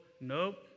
Nope